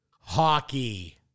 Hockey